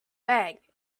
bang